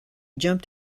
jumped